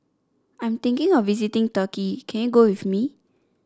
I'm thinking of visiting Turkey can you go with me